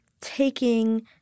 taking